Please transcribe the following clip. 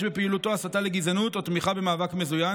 בפעולתו הסתה לגזענות או תמיכה במאבק מזוין.